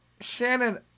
Shannon